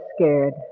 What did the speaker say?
scared